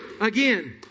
Again